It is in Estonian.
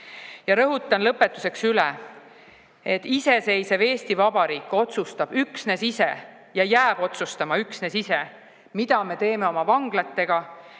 Rõhutan lõpetuseks üle, et iseseisev Eesti Vabariik otsustab üksnes ise ja jääb otsustama üksnes ise, mida me teeme oma vanglatega,